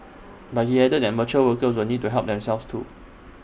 but he added that mature workers will need to help themselves too